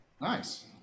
Nice